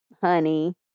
honey